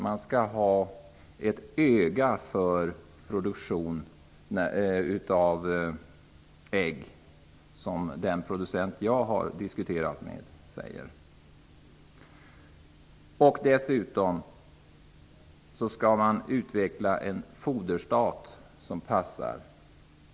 Man måste ha ett öga för produktion av ägg, som den producent som jag har diskuterat med uttryckte det. Dessutom måste man utveckla en foderstat som passar.